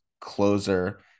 closer